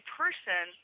person